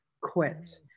quit